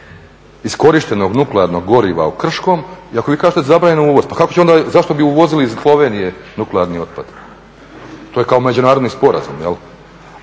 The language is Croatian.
iskorištenog nuklearnog goriva u Krškom, i ako vi kažete zabranjen je uvoz, pa zašto bi uvozili iz Slovenije nuklearni otpad? To je kao međunarodni sporazum, je